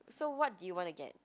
so what do you want to get